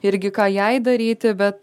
irgi ką jai daryti bet